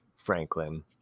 Franklin